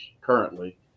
currently